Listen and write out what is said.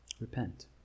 Repent